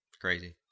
crazy